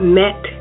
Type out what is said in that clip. met